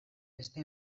beste